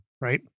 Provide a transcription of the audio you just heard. right